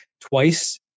twice